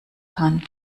kann